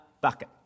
bucket